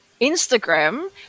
Instagram